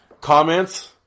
comments